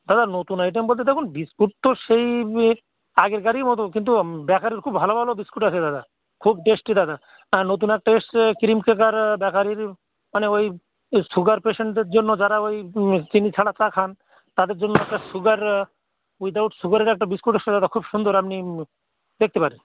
দাদা নতুন আইটেম বলতে দেখুন বিস্কুট তো সেই আগেকারই মতো কিন্তু বেকারির খুব ভালো ভালো বিস্কুট আছে দাদা খুব টেস্টি দাদা আর নতুন একটা এসেছে ক্রিম ক্র্যাকার বেকারির মানে ওই সুগার পেশেন্টদের জন্য যারা ওই চিনি ছাড়া চা খান তাদের জন্য একটা সুগার উইদআউট সুগারের একটা বিস্কুট এসেছে দাদা খুব সুন্দর আপনি দেখতে পারেন